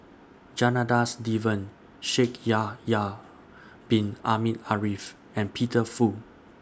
Janadas Devan Shaikh Yahya Bin Ahmed Afifi and Peter Fu